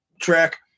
track